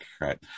Right